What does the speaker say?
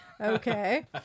Okay